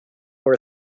for